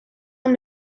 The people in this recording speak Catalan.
amb